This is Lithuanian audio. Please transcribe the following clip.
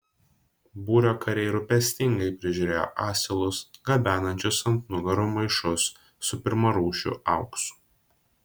būrio kariai rūpestingai prižiūrėjo asilus gabenančius ant nugarų maišus su pirmarūšiu auksu